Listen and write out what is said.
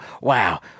wow